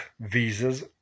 visas